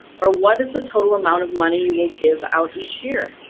or what is the total amount of money you will give out each year?